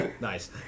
Nice